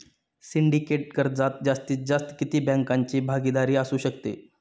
Syndicate कर्जात जास्तीत जास्त किती बँकांची भागीदारी असू शकते?